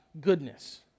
goodness